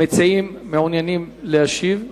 המציעים מעוניינים להשיב?